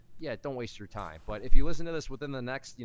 yeah, don't waste your time. but if you listen to this within the next, you